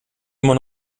immer